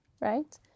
right